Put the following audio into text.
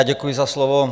Děkuji za slovo.